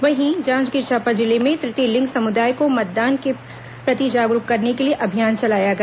वहीं जांजगीर चांपा जिले में तृतीय लिंग समुदाय को मतदान के प्रति जागरूक करने के लिए अभियान चलाया गया